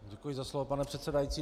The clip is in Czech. Děkuji za slovo, pane předsedající.